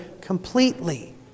completely